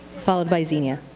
followed by zennia.